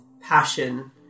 passion